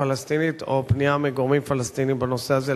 הפלסטינית או פנייה מגורמים פלסטיניים בנושא הזה,